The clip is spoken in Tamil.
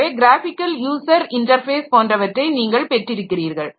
ஆகவே க்ராஃபிக்கல் யூசர் இன்டர்ஃபேஸ் போன்றவற்றை நீங்கள் பெற்றிருக்கிறீர்கள்